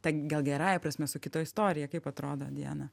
ta gal gerąja prasme su kito istorija kaip atrodo diana